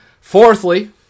Fourthly